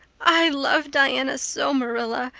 i love diana so, marilla.